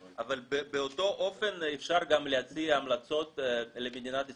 אבל באותו אופן אפשר גם להציע המלצות למדינת ישראל,